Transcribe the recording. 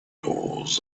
doors